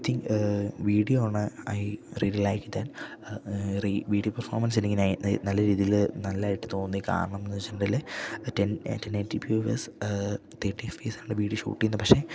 think video on I really like then video performance എനിക്ക് നൈ നല്ല രീതിയില് നല്ലായിട്ട് തോന്നി കാരണംന്ന് വെച്ചിട്ടുണ്ടെല് ടെൻ ടെൻ എയിറ്റി ഫ്യൂവേസ് തേട്ടി എഫ്പിസാണ് വീഡിയോ ഷൂട്ടെയുന്ന പക്ഷെ